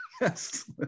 Yes